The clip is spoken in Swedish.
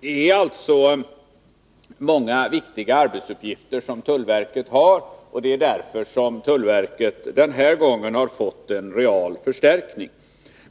Det är alltså många viktiga arbetsuppgifter som tullverket har, och det är därför som tullverket den här gången har fått en reell förstärkning.